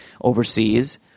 overseas